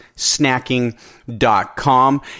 snacking.com